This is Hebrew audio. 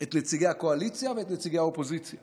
את נציגי הקואליציה ואת נציגי האופוזיציה